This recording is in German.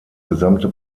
gesamte